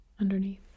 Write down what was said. Underneath